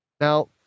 Now